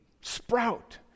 sprout